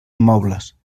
immobles